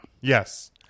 Yes